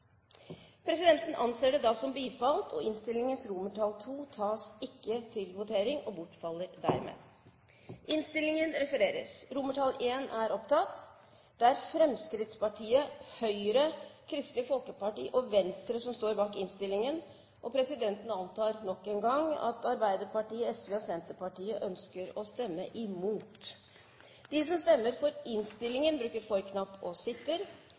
presidenten etterkomme anmodningen. – Presidenten anser det som bifalt, og innstillingens II tas ikke opp til votering og bortfaller derved. Det er Fremskrittspartiet, Høyre, Kristelig Folkeparti og Venstre som står bak innstillingen, og presidenten antar at Arbeiderpartiet, Sosialistisk Venstreparti og Senterpartiet ønsker å stemme imot. Under debatten er det satt fram åtte forslag. Det er forslag nr. 1, fra Jørund Rytman på vegne av Fremskrittspartiet, Kristelig Folkeparti og